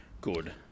good